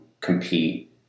compete